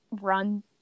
run